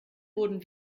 wurden